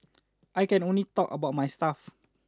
I can only talk about my stuff